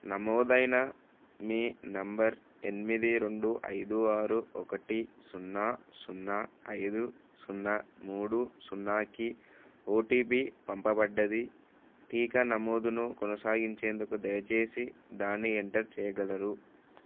నమోదైన మీ నంబర్ ఎనిమిది రెండు ఐరు ఆరు ఒకటి సున్నా సున్నా ఐదు సున్నా మూడు సున్నాకి ఓటిపి పంపబడ్డది టీకా నమోదును కొనసాగించేందుకు దయచేసి దాన్ని ఎంటర్ చేయగలరు